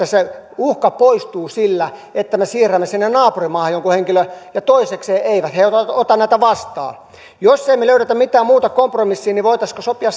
se uhka poistuu sillä että me siirrämme sinne naapurimaahan jonkun henkilön ja toisekseen eivät he ota näitä vastaan jos me emme löydä mitään muuta kompromissia niin voitaisiinko sopia